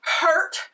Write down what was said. hurt